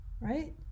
right